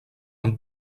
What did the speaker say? amb